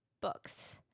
books